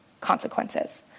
consequences